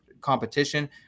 competition